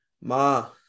Ma